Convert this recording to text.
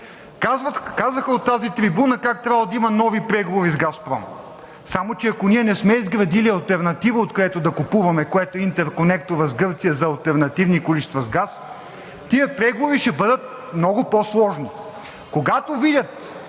Казаха от тази трибуна как трябвало да има нови преговори с „Газпром“. Само че ако ние не сме изградили алтернатива, откъдето да купуваме, което е интерконекторът с Гърция за алтернативни количества с газ, тези преговори ще бъдат много по-сложни.